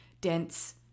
dense